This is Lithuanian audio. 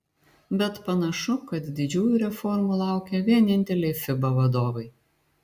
bet panašu kad didžiųjų reformų laukia vieninteliai fiba vadovai